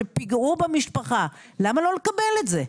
שפגעו במשפחה, למה לא לקבל את זה?